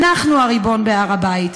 אנחנו הריבון בהר בית,